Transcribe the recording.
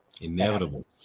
Inevitable